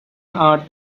earth